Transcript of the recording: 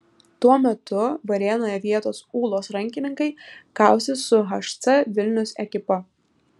tuo metu varėnoje vietos ūlos rankininkai kausis su hc vilnius ekipa